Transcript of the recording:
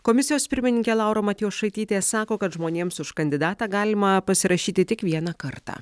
komisijos pirmininkė laura matjošaitytė sako kad žmonėms už kandidatą galima pasirašyti tik vieną kartą